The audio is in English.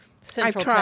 Central